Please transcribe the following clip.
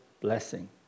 blessing